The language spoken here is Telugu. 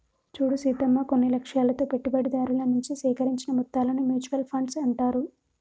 చూడు సీతమ్మ కొన్ని లక్ష్యాలతో పెట్టుబడిదారుల నుంచి సేకరించిన మొత్తాలను మ్యూచువల్ ఫండ్స్ అంటారు